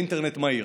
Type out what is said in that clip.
זה אינטרנט מהיר,